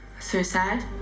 suicide